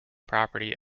property